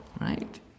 right